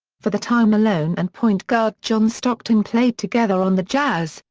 for the time malone and point guard john stockton played together on the jazz,